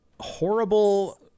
horrible